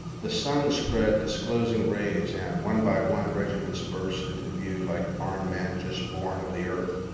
the sun spread disclosing rays, and, one by one, regiments burst into view like armed men just born of the earth.